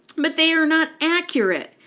but they are not accurate.